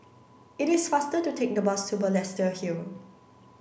it is faster to take the bus to Balestier Hill